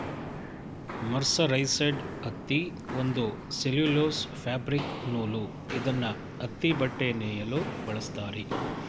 mercerised ಹತ್ತಿ ಒಂದು cellulose fabric ನೂಲು ಇದ್ನ ಹತ್ತಿಬಟ್ಟೆ ನೇಯಲು ಬಳಸ್ತಾರೆ